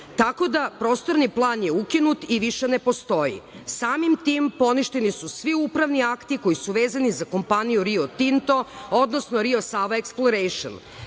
Tako da, Prostorni plan je ukinut i više ne postoji. Samim tim, poništeni su svi upravni akti koji su vezani za kompaniju „Rio Tinto“, odnosno „Rio Sava eksplorejšn“.